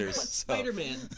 Spider-Man